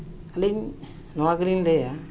ᱟᱹᱞᱤᱧ ᱱᱚᱣᱟ ᱜᱮᱞᱤᱧ ᱞᱟᱹᱭᱟ